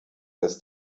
das